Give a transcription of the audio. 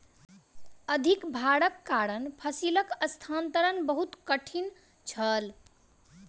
अधिक भारक कारण फसिलक स्थानांतरण बहुत कठिन छल